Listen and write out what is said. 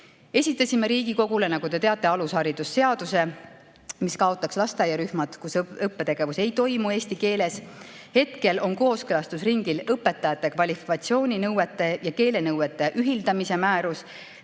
Esitasime Riigikogule, nagu te teate, alushariduse seaduse, mis kaotaks lasteaiarühmad, kus õppetegevus ei toimu eesti keeles. Hetkel on kooskõlastusringil õpetajate kvalifikatsiooninõuete ja keelenõuete ühildamise määrus,